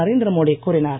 நரேந்திர மோடி கூறினார்